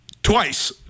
Twice